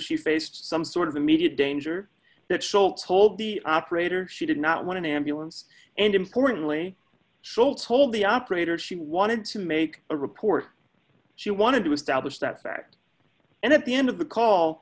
she faced some sort of immediate danger that soul told the operator she did not want to ambulance and importantly schol told the operator she wanted to make a report she wanted to establish that fact and at the end of the call